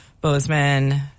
Bozeman